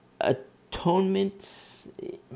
atonement